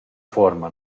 fuorma